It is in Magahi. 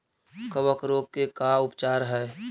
कबक रोग के का उपचार है?